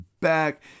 back